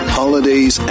holidays